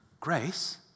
grace